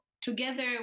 together